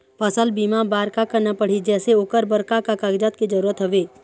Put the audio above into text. फसल बीमा बार का करना पड़ही जैसे ओकर बर का का कागजात के जरूरत हवे?